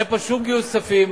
אין פה שום גיוס כספים,